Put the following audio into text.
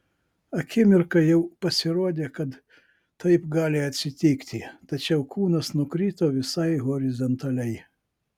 akimirką jau pasirodė kad taip gali atsitikti tačiau kūnas nukrito visai horizontaliai